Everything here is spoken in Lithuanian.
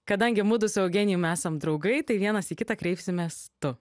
kadangi mudu su eugenijum esam draugai tai vienas į kitą kreipsimės tu